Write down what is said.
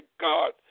God